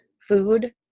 food